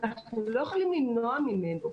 אנחנו לא יכולים למנוע ממנו.